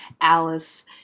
Alice